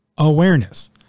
Awareness